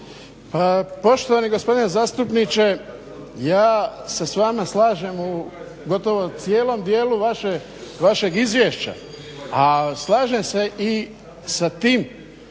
Poštovani gospodine zastupniče ja se s vama slažem u gotovo cijelom dijelu vašeg izvješća, a slažem se i sa tim